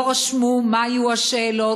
לא רשמו מה היו השאלות,